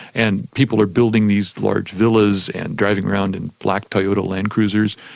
and people are building these large villas and driving around in black toyota landcruisers,